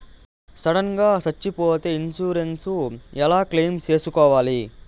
Sudden గా సచ్చిపోతే insurance ఎలా క్లెయిమ్ సేసుకోవాలి?